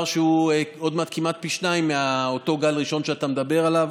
זה מספר שהוא עוד כמעט פי-שניים מאותו גל ראשון שאתה מדבר עליו.